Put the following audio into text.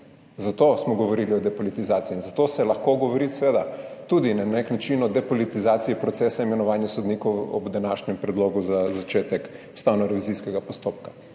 Zato smo govorili o depolitizaciji in zato se lahko govori seveda tudi na nek način o depolitizaciji procesa imenovanja sodnikov ob današnjem predlogu za začetek ustavnorevizijskega postopka,